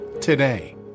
today